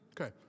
Okay